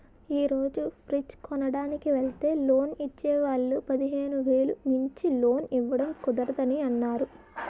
ఈ రోజు ఫ్రిడ్జ్ కొనడానికి వెల్తే లోన్ ఇచ్చే వాళ్ళు పదిహేను వేలు మించి లోన్ ఇవ్వడం కుదరదని అన్నారు